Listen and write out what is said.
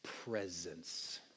presence